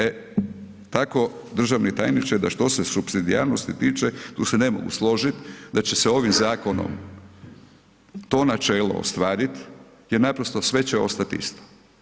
E tako državni tajniče da što se supsidijarnosti tiče tu se ne mogu složiti da će se ovim zakonom to načelo ostvariti jer naprosto sve će ostati isto.